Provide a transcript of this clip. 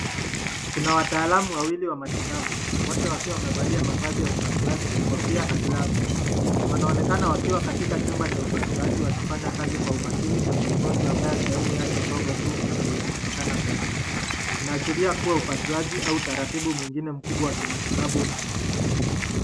Kuna wataalamu wawili wa matibabu wote wakiwa wamevalia ya upasuaji, kofia na glavu. Wanaonekana wakiwa katika chumba cha upasuaji wakifanya kazi kwa umakini kwenye mgonjwa ambaye sehemu yake ndogo tu ndo inaonekana mbele, inaashiria kuwa upasuaji au utaratibu mwingine mkubwa wa kimatibabu unaendelea.